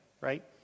right